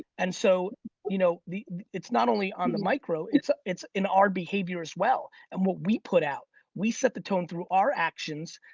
and so you know it's not only on the micro, it's it's in our behavior as well. and what we put out, we set the tone through our actions.